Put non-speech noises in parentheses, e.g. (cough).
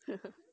(laughs)